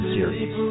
Series